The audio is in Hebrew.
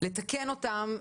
לתקן אותן.